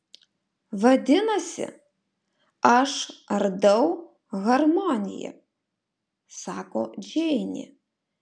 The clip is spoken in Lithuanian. vadinasi aš ardau harmoniją sako džeinė